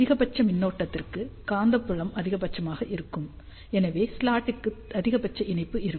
அதிகபட்ச மின்னோட்டத்திற்கு காந்தப்புலம் அதிகபட்சமாக இருக்கும் எனவே ஸ்லாட்டுக்கு அதிகபட்ச இணைப்பு இருக்கும்